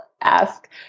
ask